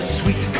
sweet